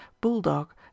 Bulldog